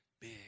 big